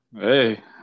Hey